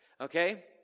Okay